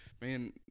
man